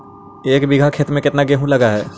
एक बिघा खेत में केतना गेहूं लग है?